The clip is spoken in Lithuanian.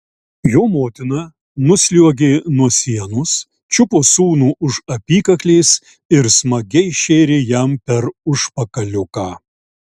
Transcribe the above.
jo motina nusliuogė nuo sienos čiupo sūnų už apykaklės ir smagiai šėrė jam per užpakaliuką